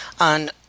on